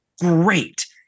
great